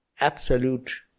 absolute